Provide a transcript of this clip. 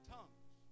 tongues